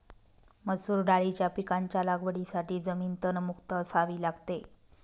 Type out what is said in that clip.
मसूर दाळीच्या पिकाच्या लागवडीसाठी जमीन तणमुक्त असावी लागते